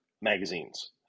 magazines